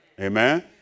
Amen